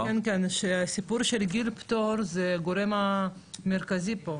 שהסיפור של גיל הפטור זה הגורם המרכזי פה.